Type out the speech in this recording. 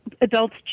Adults